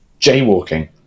Jaywalking